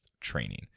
training